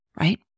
right